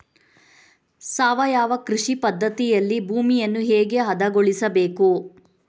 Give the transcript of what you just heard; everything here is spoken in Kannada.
ಸಾವಯವ ಕೃಷಿ ಪದ್ಧತಿಯಲ್ಲಿ ಭೂಮಿಯನ್ನು ಹೇಗೆ ಹದಗೊಳಿಸಬೇಕು?